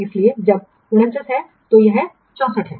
इसलिए जब 49 है तो यह 64 है